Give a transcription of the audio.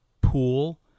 pool